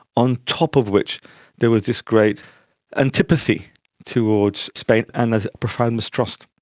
on top of which there was this great antipathy towards spain and a profound mistrust.